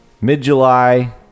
Mid-July